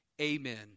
Amen